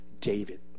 David